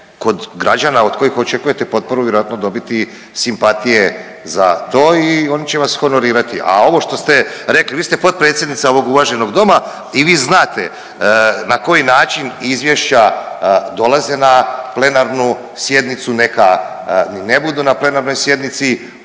kod građana od kojih očekujete potporu vjerojatno dobiti simpatije za to i oni će vas honorirati. A ovo što ste rekli, vi ste potpredsjednica ovog uvaženog Doma i vi znate na koji način izvješća dolaze na plenarnu sjednicu. Neka ni ne budu na plenarnoj sjednici,